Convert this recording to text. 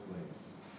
place